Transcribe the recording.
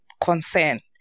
consent